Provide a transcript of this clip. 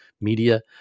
media